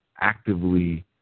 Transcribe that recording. actively